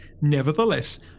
nevertheless